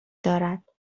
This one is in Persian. دارد